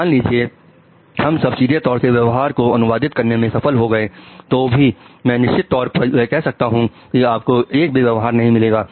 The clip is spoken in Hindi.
मान लीजिए हम सब सीधे तरीके से व्यवहार को अनुवादित करने में सफल हो गए तो भी मैं निश्चित तौर पर यह कह सकता हूं कि आपको एक भी व्यवहार नहीं मिलेगा